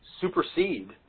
supersede